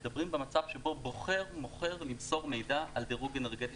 מדברים במצב שבו מוכר בוחר למסור מידע על דירוג אנרגטי